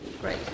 great